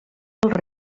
els